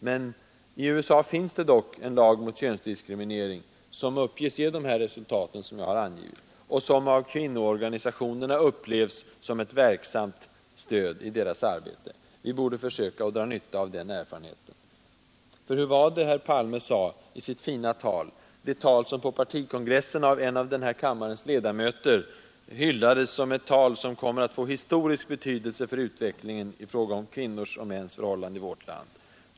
Men i USA finns det dock en lag mot könsdiskriminering som uppges ge de resultat som jag har angivit och som av kvinnoorganisationerna upplevs som ett verksamhet stöd i deras arbete. Vi borde försöka att dra nytta av den erfarenheten. För hur var det herr Palme sade i sitt fina tal — det tal som på partikongressen av en av denna kammares ledamöter hyllades som ett tal som ”kommer att få historisk betydelse för utvecklingen i fråga om kvinnors och mäns förhållande i vårt land”?